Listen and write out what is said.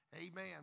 Amen